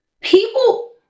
people